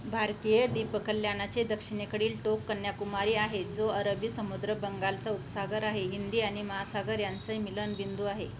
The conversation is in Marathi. भारतीय द्वीप कल्याणाचे दक्षिणेकडील टोक कन्याकुमारी आहे जो अरबी समुद्र बंगालचा उपसागर आहे हिंदी आणि महासागर यांचे मीलन बिंदू आहे